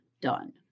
done